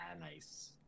Nice